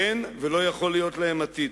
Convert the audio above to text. אין, ולא יכול להיות להם, עתיד.